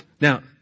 now